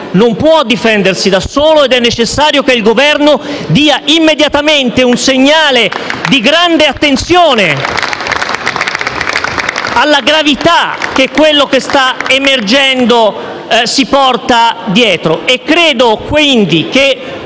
non può difendersi da solo ed è necessario che il Governo dia immediatamente un segnale di grande attenzione alla gravità di quanto sta emergendo. *(Applausi dal Gruppo PD e